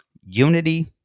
Unity